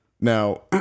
Now